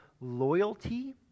Loyalty